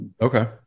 Okay